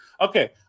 okay